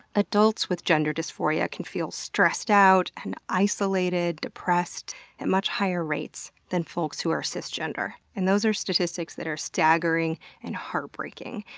adults with gender dysphoria can feel stressed out, and isolated, and depressed at much higher rates than folks who are cisgender. and those are statistics that are staggering and heartbreaking.